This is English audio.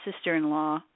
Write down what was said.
sister-in-law